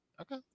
Okay